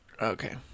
Okay